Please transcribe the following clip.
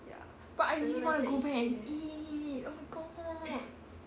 ya but I really want to go back and eat oh my god